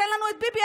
תן לנו את ביבי",